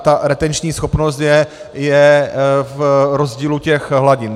A retenční schopnost je v rozdílu těch hladin.